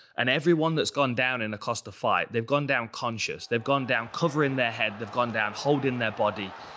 and everyone that's gone down in a costa fight, they've gone down conscious. they've gone down covering their heads. they've gone down holding their body.